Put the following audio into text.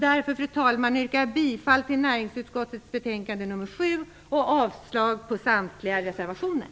Jag yrkar bifall till näringsutskottets betänkande nr